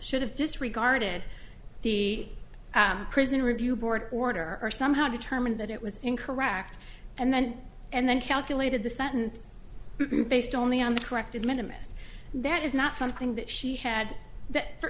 should have disregarded the prisoner review board order or somehow determine that it was incorrect and then and then calculated the sentence based only on the corrected minimum that is not something that she had that for